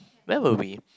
where were we